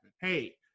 Hey